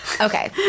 okay